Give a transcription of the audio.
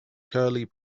curly